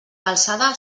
calçada